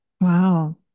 Wow